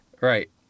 Right